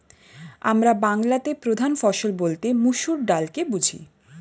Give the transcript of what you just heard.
আমরা বাংলাতে প্রধান ফসল বলতে মসুর ডালকে বুঝি